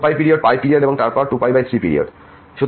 সুতরাং 2πপিরিয়ড পিরিয়ড এবং তারপর 2π3 পিরিয়ড